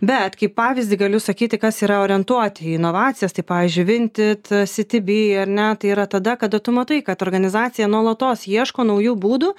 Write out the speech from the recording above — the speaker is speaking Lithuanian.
bet kaip pavyzdį galiu sakyti kas yra orientuoti į inovacijas tai pavyzdžiui vinted citybee ar ne tai yra tada kada tu matai kad organizacija nuolatos ieško naujų būdų